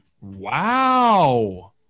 Wow